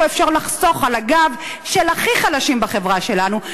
אפשר לחסוך על הגב של הכי חלשים בחברה שלנו,